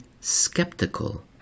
skeptical